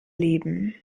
leben